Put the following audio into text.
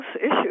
issues